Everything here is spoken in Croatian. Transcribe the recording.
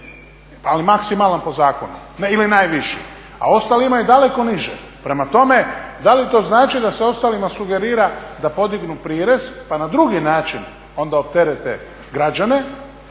ali maksimalan po zakonu ili najviši, a ostali imaju daleko niže. Prema tome, da li to znači da se ostalima sugerira da podignu prirez pa da na drugi način onda opterete građane